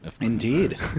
Indeed